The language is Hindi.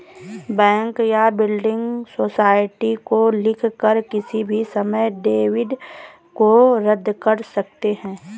बैंक या बिल्डिंग सोसाइटी को लिखकर किसी भी समय डेबिट को रद्द कर सकते हैं